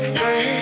hey